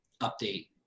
update